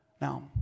Now